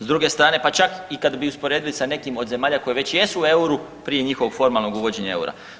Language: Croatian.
S druge strane, pa čak i kad bi usporedili sa nekim od zemalja koje već jesu u euru prije njihovog formalnog uvođenja eura.